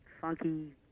funky